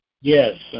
Yes